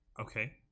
Okay